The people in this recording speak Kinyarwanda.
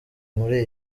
muri